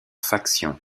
faction